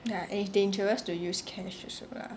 ya and it's dangerous to use cash also lah